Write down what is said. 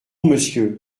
monsieur